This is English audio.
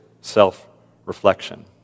self-reflection